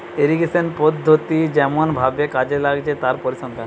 irrigation পদ্ধতি কেমন ভাবে কাজে লাগছে তার পরিসংখ্যান